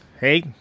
hey